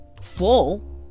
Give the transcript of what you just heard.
full